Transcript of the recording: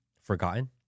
forgotten